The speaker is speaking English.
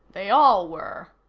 they all were.